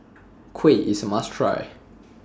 Kuih IS A must Try